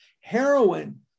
Heroin